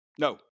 No